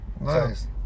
nice